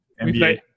NBA